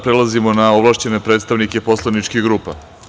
Prelazimo na ovlašćene predstavnike poslaničkih grupa.